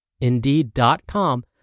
Indeed.com